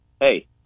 Hey